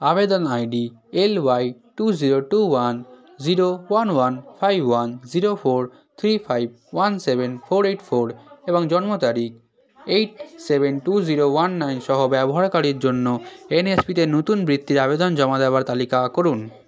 আবেদন ID L Y two zero two one zero one one five one zero four three five one seven four eight four এবং জন্ম তারিখ eight seven two zero one nine সহ ব্যবহারকারীর জন্য এনএসপিতে নতুন বৃত্তির আবেদন জমা দেওয়ার তালিকা করুন